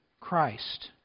Christ